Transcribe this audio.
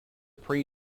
pre